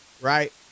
right